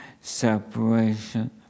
separation